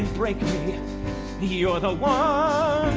break me you're the one